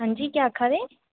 हां जी केह् आखा दे